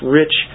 rich